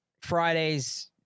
Fridays